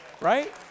Right